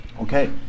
Okay